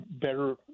better